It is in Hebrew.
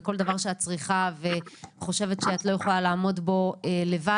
וכל דבר שאת צריכה וחושבת שאת לא יכולה לעמוד בו לבד